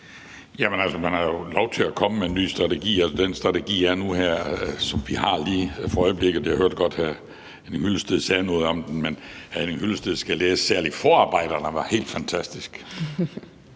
Jamen altså, man har jo lov til at komme med en ny strategi. Den strategi, vi har lige for øjeblikket, hørte jeg godt at hr. Henning Hyllested sagde noget om, men hr. Henning Hyllested skal særlig læse forarbejderne, som var helt fantastiske.